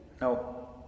no